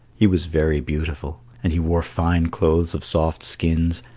he was very beautiful, and he wore fine clothes of soft skins,